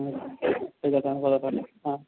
ആയിക്കോട്ടേ കുഴപ്പമില്ല ആ